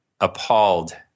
appalled